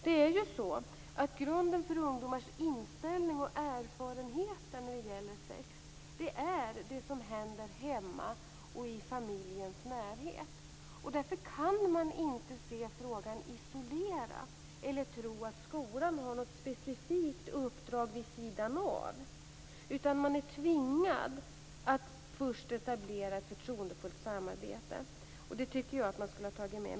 Det är ju så att grunden för ungdomars inställning och erfarenheter när det gäller sex är det som händer hemma och i familjens närhet. Därför kan man inte se frågan isolerat eller tro att skolan har något specifikt uppdrag vid sidan av, utan man är tvingad att först etablera ett förtroendefullt samarbete. Det tycker jag att man skulle ha tagit med.